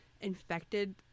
infected